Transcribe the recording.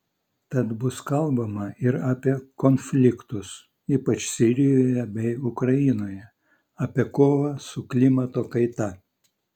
tad bus kalbama ir apie konfliktus ypač sirijoje bei ukrainoje apie kovą su klimato kaita